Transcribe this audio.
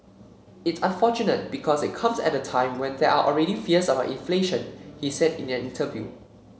it's unfortunate because it comes at a time when there are already fears about inflation he said in an interview